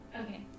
Okay